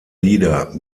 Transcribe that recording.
lieder